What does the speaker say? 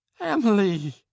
emily